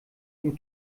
dem